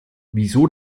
wieso